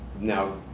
Now